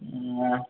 ம் ஆ